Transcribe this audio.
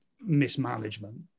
mismanagement